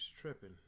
tripping